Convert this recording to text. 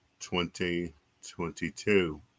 2022